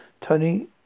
Tony